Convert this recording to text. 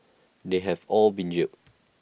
they have all been jailed